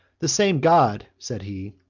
the same god, said he,